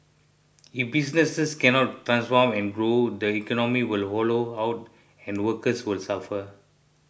if businesses can not transform and grow the economy will hollow out and workers will suffer